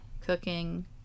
Cooking